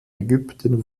ägypten